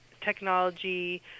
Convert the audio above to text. technology